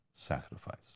sacrifice